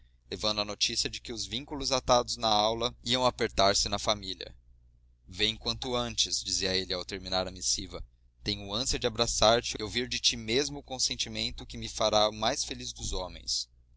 levando a notícia de que os vínculos atados na aula iam apertar se na família vem quanto antes dizia ele ao terminar a missiva tenho ânsia de abraçar-te e ouvir de ti mesmo o consentimento que me fará o mais feliz dos homens